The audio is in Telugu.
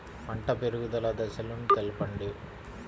పంట పెరుగుదల దశలను తెలపండి?